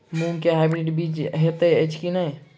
मूँग केँ हाइब्रिड बीज हएत अछि की नै?